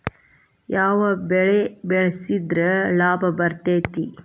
ಯಾವ ಬೆಳಿ ಬೆಳ್ಸಿದ್ರ ಲಾಭ ಬರತೇತಿ?